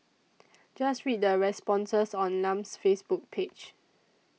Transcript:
just read the responses on Lam's Facebook page